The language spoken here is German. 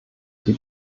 die